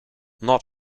not